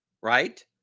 right